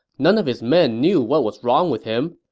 none of his men knew what was wrong with him,